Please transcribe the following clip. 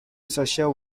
social